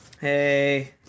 hey